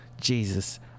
Jesus